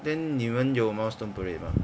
then 你们有 milestone parade mah